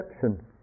perception